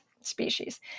species